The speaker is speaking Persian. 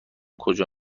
کجا